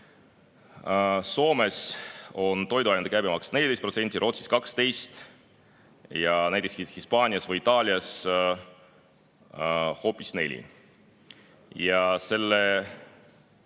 Soomes on toiduainete käibemaks 14%, Rootsis 12% ja näiteks Hispaanias või Itaalias